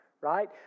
Right